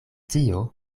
tio